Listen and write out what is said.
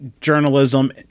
journalism